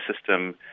system